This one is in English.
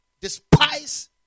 despise